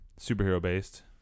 superhero-based